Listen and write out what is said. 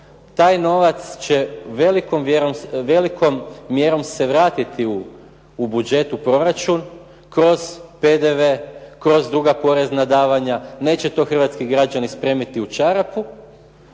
Taj novac će velikom mjerom se vratiti u budžet, u proračun kroz PDV, kroz druga porezna davanja. Neće to hrvatski građani spremiti u čarapu